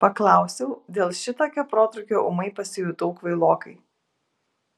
paklausiau dėl šitokio protrūkio ūmai pasijutau kvailokai